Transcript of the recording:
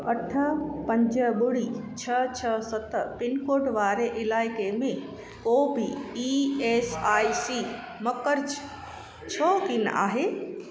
अठ पंज ॿुड़ी छह छह सत पिनकोड वारे इलाइके़ में को बि ईएसआईसी मकर्ज छो कोन्ह आहे